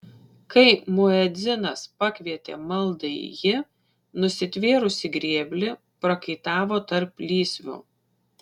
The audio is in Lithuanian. kai muedzinas pakvietė maldai ji nusitvėrusi grėblį prakaitavo tarp lysvių